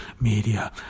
media